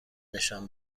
نشان